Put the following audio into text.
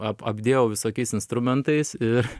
ap apdėjau visokiais instrumentais ir